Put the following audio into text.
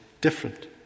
different